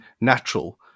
natural